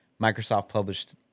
Microsoft-published